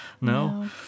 No